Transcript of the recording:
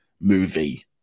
movie